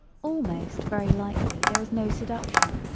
almost very likely there is no seduction,